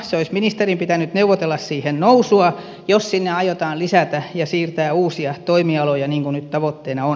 olisi ministerin pitänyt neuvotella siihen nousua jos sinne aiotaan lisätä ja siirtää uusia toimialoja niin kuin nyt tavoitteena on